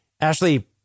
Ashley